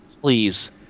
Please